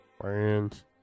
Friends